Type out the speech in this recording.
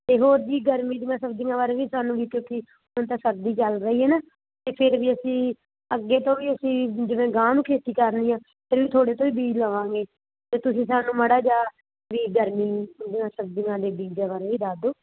ਅਤੇ ਹੋਰ ਜੀ ਗਰਮੀ ਦੀਆਂ ਸਬਜ਼ੀਆਂ ਬਾਰੇ ਵੀ ਸਾਨੂੰ ਵੀ ਕਿਉਂਕਿ ਹੁਣ ਤਾਂ ਸਰਦੀ ਚੱਲ ਰਹੀ ਹੈ ਨਾ ਅਤੇ ਫਿਰ ਵੀ ਅਸੀਂ ਅੱਗੇ ਤੋਂ ਵੀ ਅਸੀਂ ਜਿਵੇਂ ਅਗਾਹਾਂ ਨੂੰ ਖੇਤੀ ਕਰਨੀ ਹੈ ਫਿਰ ਵੀ ਤੁਹਾਡੇ ਤੋਂ ਹੀ ਬੀਜ ਲਵਾਂਗੇ ਅਤੇ ਤੁਸੀਂ ਸਾਨੂੰ ਮਾੜਾ ਜਿਹਾ ਵੀ ਗਰਮੀ ਦੀਆਂ ਸਬਜ਼ੀਆਂ ਦੇ ਬੀਜਾਂ ਬਾਰੇ ਵੀ ਦੱਸ ਦਿਓ